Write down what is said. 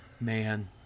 Man